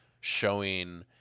showing